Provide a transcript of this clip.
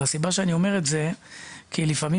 הסיבה שאני אומר את זה היא שלפעמים